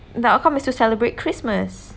the outcome is to celebrate christmas